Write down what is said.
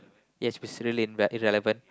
yes but irrelevant